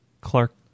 Clark